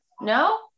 No